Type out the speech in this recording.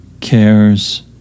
cares